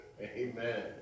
Amen